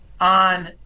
on